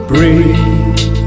Breathe